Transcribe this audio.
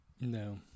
No